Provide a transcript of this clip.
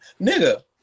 nigga